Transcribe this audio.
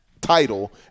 title